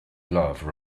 love